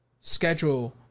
schedule